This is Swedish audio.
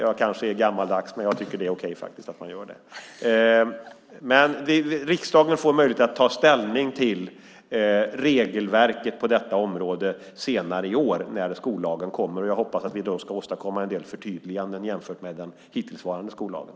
Jag kanske är gammaldags, men jag tycker att det är okej att man gör det. Riksdagen får möjlighet att ta ställning till regelverket på detta område senare i år när skollagen kommer, och jag hoppas att vi då ska åstadkomma en del förtydliganden jämfört med den hittillsvarande skollagen.